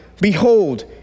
Behold